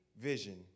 vision